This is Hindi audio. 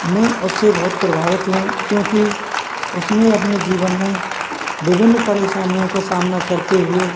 मैं उससे बहुत प्रभावित हूँ क्योंकि उसने अपने जीवन में विभिन्न परेशानियों का सामना करते हुए